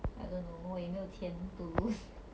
I don't know 我也没有钱 to lose